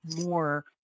more